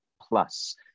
plus